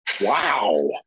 Wow